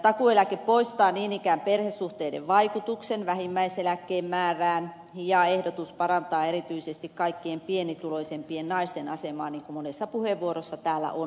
takuueläke poistaa niin ikään perhesuhteiden vaikutuksen vähimmäiseläkkeen määrään ja ehdotus parantaa erityisesti kaikkein pienituloisimpien naisten asemaa niin kuin monessa puheenvuorossa täällä on todettu